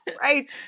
Right